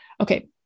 okay